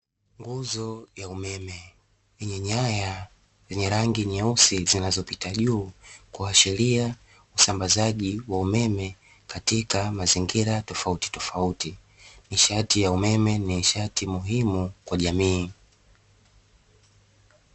Nguzo ya umeme yenye nyaya zenye rangi nyeusi zinazopita juu. Kuashiria usambazaji wa umeme katika mazingira tofautitofauti nishati ya umeme kua nishati muhimu kwa jamii.